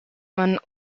one